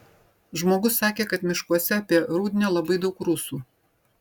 žmogus sakė kad miškuose apie rudnią labai daug rusų